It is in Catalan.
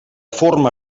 forma